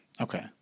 Okay